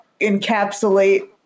encapsulate